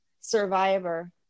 survivor